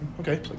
Okay